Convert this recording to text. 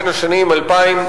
בין השנים 2001